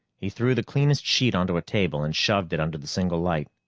he threw the cleanest sheet onto a table and shoved it under the single light.